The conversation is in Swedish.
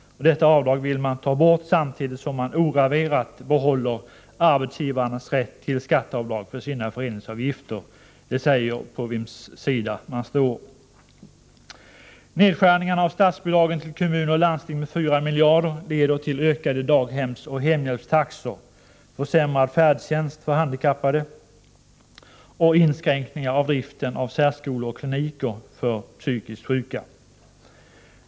Detta avdrag vill man ta bort, samtidigt som man ograverat behåller arbetsgivarnas rätt till skatteavdrag för sina föreningsavgifter. Det säger på vems sida man står. Nedskärningarna av statsbidragen till kommuner och landsting med 4 miljarder leder till ökade daghemsoch hemhjälpstaxor, försämrad färdtjänst för handikappade och inskränkningar i driften av särskolor och kliniker för psykiskt sjuka.